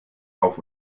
auf